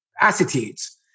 attitudes